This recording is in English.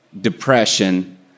depression